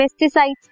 pesticides